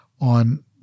on